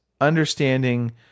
understanding